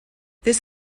this